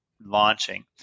launching